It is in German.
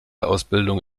ausbildung